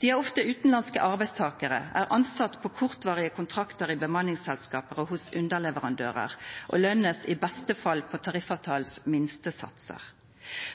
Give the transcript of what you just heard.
De er ofte utenlandske arbeidstakere, er ansatt på kortvarige kontrakter i bemanningsselskaper og hos underleverandører og lønnes i beste fall på tariffavtalenes minstesatser.